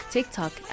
TikTok